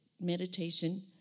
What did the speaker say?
meditation